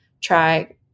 try